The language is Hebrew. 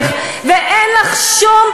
גם אם זה לא ישנה